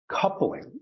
coupling